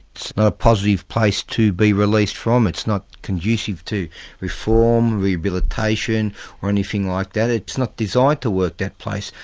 it's not a positive place to be released from. it's not conducive to reform, rehabilitation or anything like that, it's not designed to work, that place.